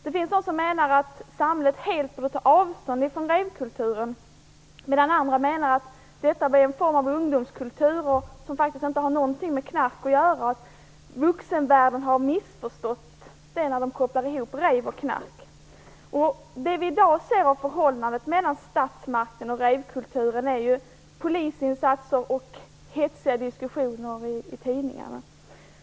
Det finns de som anser att samhället helt borde ta avstånd från rave-kulturen, medan andra menar att detta är en form av ungdomskultur som faktiskt inte har något med knark att göra och att vuxenvärlden har missförstått det hela när de kopplar ihop rave och knark. Det vi i dag ser av förhållandet mellan statsmakterna och rave-kulturen är polisinsatser och hetsiga diskussioner i tidningarna.